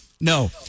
No